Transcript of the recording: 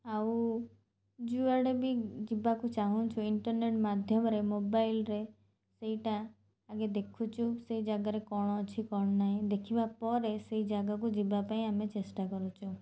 ଆଉ ଯୁଆଡ଼େ ବି ଯିବାକୁ ଚାହୁଁଛୁ ଇଣ୍ଟରନେଟ୍ ମାଧ୍ୟମରେ ମୋବାଇଲରେ ସେଇଟା ଆଗେ ଦେଖୁଛୁ ସେ ଜାଗାରେ କ'ଣ ଅଛି କ'ଣ ନାହିଁ ଦେଖିବା ପରେ ସେଇ ଜାଗାକୁ ଯିବା ପାଇଁ ଆମେ ଚେଷ୍ଟା କରୁଛୁ